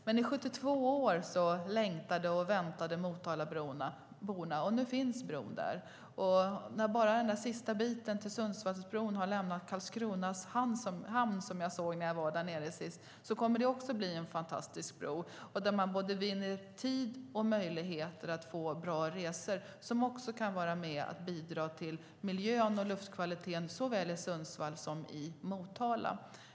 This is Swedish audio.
Men i 72 år längtade och väntade Motalaborna, och nu finns bron där. Och när bara den sista biten till Sundsvallsbron har lämnat Karlskronas hamn - jag såg den när jag var där nere sist - kommer det också bli en fantastisk bro där man vinner både tid och möjligheter till bra resor och som också kan vara med och bidra till miljön och luftkvaliteten såväl i Sundsvall som i Motala.